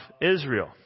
Israel